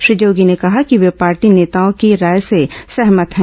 श्री जोगी ने कहा है कि वे पार्टी नेताओं की राय से सहमत हैं